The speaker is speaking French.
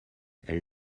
elle